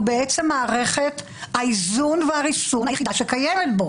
בעצם מערכת האיזון והריסון היחידה שקיימת.